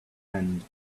and